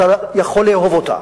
אתה יכול לאהוב אותה,